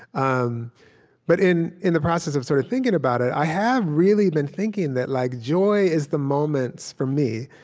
um but in in the process of sort of thinking about it, i have really been thinking that like joy is the moments for me,